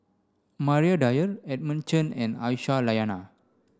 Maria Dyer Edmund Chen and Aisyah Lyana